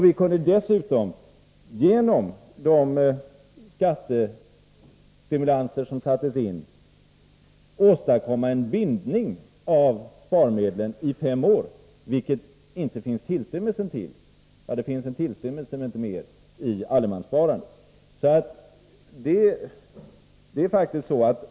Vi kunde dessutom genom de skattestimulanser som sattes in åstadkomma en bindning av medlen i fem år, vilket det inte finns en tillstymmelse till — jo, en tillstymmelse men inte mer —i allemanssparandet.